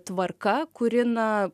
tvarka kuri na